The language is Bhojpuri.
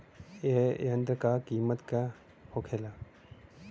ए यंत्र का कीमत का होखेला?